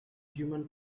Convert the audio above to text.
human